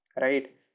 Right